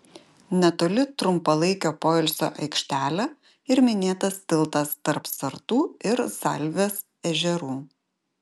netoli trumpalaikio poilsio aikštelė ir minėtas tiltas tarp sartų ir zalvės ežerų